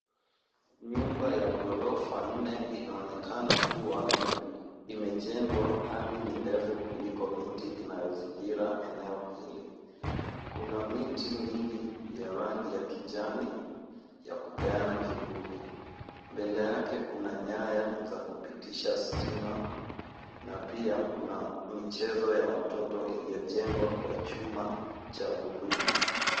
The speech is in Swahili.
Nyumba ya ghorofa nne inaonekana kuwa imejengwa hadi ni ndefu kuliko miti inayozingira eneo hili. Kuna miti mingi ya rangi ya kijani ya kupeana kivuli. Mbele yake kuna nyaya za kupitisha stima na pia kuna michezo ya watoto iliyojengwa kwa chuma cha buluu.